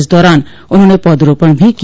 इस दौरान उन्होंने पौधरोपण भी किया